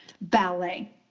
ballet